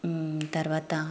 తర్వాత